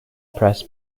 press